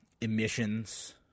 emissions